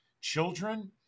Children